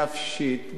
נפשית,